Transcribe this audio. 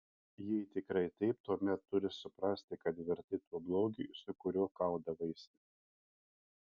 jei tikrai taip tuomet turi suprasti kad virtai tuo blogiu su kuriuo kaudavaisi